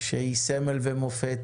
שהיא סמל ומופת